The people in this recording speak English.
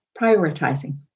prioritizing